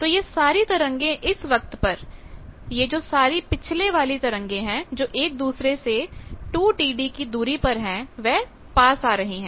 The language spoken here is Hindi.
तो यह सारी तरंगे इस वक्त पर यह जो सारी पिछले वाली तरंगे हैं जो एक दूसरे से 2Td की दूरी पर है वह पास आ रही है